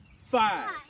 five